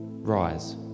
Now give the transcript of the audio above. Rise